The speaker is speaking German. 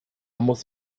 muss